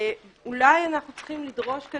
ואולי אנחנו צריכים לדרוש כאן